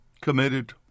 committed